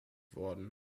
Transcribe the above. worden